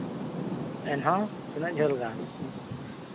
ᱮᱱᱦᱚᱸ ᱛᱤᱱᱟᱹᱜ ᱡᱷᱟᱹᱞ ᱜᱟᱱ